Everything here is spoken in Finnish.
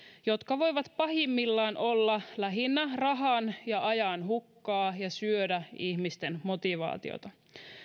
jotka voivat pahimmillaan olla lähinnä rahan ja ajanhukkaa ja syödä ihmisten motivaatiota